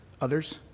others